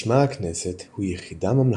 משמר הכנסת הוא יחידה ממלכתית,